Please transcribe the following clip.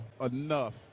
enough